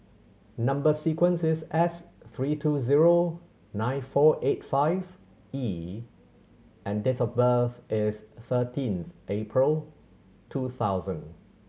number sequence is S three two zero nine four eight five E and date of birth is thirteenth April two thousand